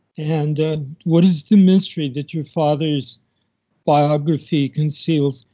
and and what is the mystery that your father's biography conceals.